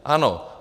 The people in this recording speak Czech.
Ano.